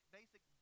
basic